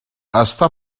està